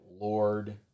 Lord